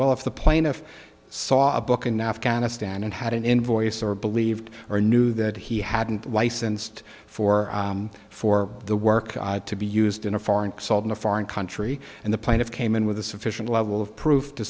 well if the plaintiff saw a book in afghanistan and had an invoice or believed or knew that he hadn't licensed for for the work to be used in a foreign saw in a foreign country and the plaintiff came in with a sufficient level of proof to